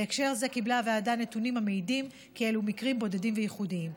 בהקשר זה קיבלה הוועדה נתונים המעידים כי אלו מקרים בודדים וייחודיים.